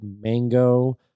mango